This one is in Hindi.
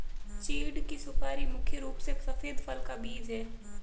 चीढ़ की सुपारी मुख्य रूप से सफेद फल का बीज है